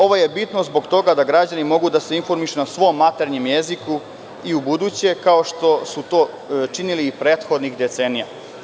Ovo je bitno zbog toga da građani mogu da se informišu na svom maternjem jeziku i u buduće, kao što su to činili prethodnih decenija.